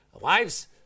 wives